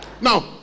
Now